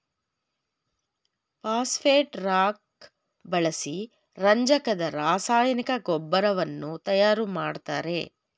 phosphate rock ಬಳಸಿ ರಂಜಕದ ರಾಸಾಯನಿಕ ಗೊಬ್ಬರವನ್ನು ತಯಾರು ಮಾಡ್ತರೆ